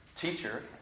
teacher